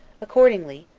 accordingly,